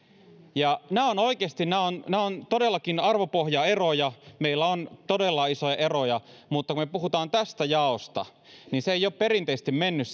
nämä ovat oikeasti todellakin arvopohjaeroja meillä on todella isoja eroja mutta kun me puhumme tästä jaosta niin se ei ole perinteisesti mennyt